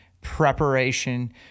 preparation